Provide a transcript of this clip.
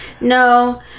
No